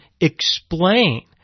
explain